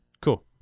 Cool